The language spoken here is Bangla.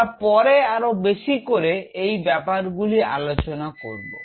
আমরা পরে আরো বেশি করে এই ব্যাপার গুলি আলোচনা করব